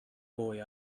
boy